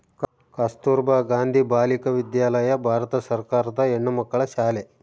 ಕಸ್ತುರ್ಭ ಗಾಂಧಿ ಬಾಲಿಕ ವಿದ್ಯಾಲಯ ಭಾರತ ಸರ್ಕಾರದ ಹೆಣ್ಣುಮಕ್ಕಳ ಶಾಲೆ